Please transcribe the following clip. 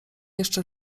jeszcze